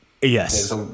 Yes